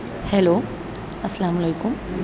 hello السلام علیکم